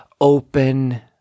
open